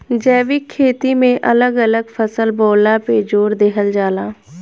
जैविक खेती में अलग अलग फसल बोअला पे जोर देहल जाला